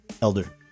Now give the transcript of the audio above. Elder